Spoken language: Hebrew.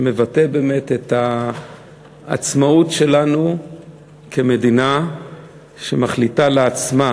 שמבטא באמת את העצמאות שלנו כמדינה שמחליטה לעצמה,